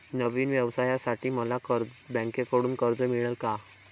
नवीन व्यवसायासाठी मला बँकेकडून कर्ज मिळेल का?